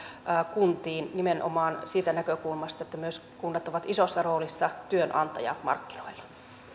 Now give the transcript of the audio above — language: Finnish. kuntiin nimenomaan siitä näkökulmasta että myös kunnat ovat isossa roolissa työnantajamarkkinoilla